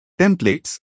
templates